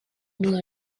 lugar